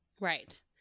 Right